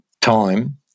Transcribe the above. time